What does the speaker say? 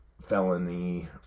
felony